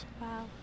Wow